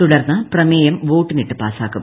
തുടർന്ന് പ്രമേയം വ്വോട്ടിനിട്ട് പാസാക്കും